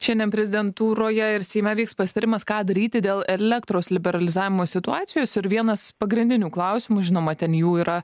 šiandien prezidentūroje ir seime vyks pasitarimas ką daryti dėl elektros liberalizavimo situacijos ir vienas pagrindinių klausimų žinoma ten jų yra